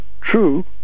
true